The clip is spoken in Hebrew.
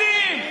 בני אדם רגילים.